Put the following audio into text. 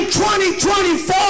2024